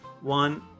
one